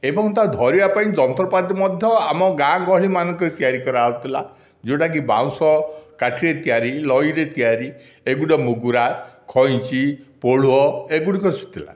ଏବଂ ତାକୁ ଧରିବା ପାଇଁ ଯନ୍ତ୍ରପାତି ମଧ୍ୟ ଆମ ଗାଁ ଗହଳିମାନଙ୍କରେ ତିଆରି କରାହେଉଥିଲା ଯେଉଁଟାକି ବାଉଁଶ କାଠିରେ ତିଆରି ଲଇରେ ତିଆରି ଏଗୁଡ଼ିକ ମୁଗୁରା ଖଇଁଚି ପୋହଳ ଏଗୁଡ଼ିକ